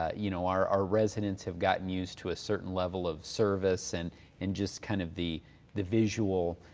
ah you know our our residents have gotten used to a certain level of service, and and just kind of the the visual